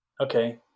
Okay